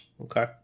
Okay